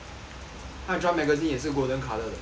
他的 drum magazine 也是 golden colour 的不错 leh